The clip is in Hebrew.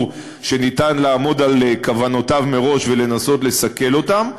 שניתן לעמוד על כוונותיו מראש ולנסות לסכל אותן,